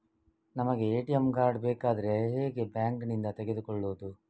ನಮಗೆ ATM card ಬೇಕಾದ್ರೆ ಹೇಗೆ ಬ್ಯಾಂಕ್ ನಿಂದ ತೆಗೆದುಕೊಳ್ಳುವುದು?